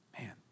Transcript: Man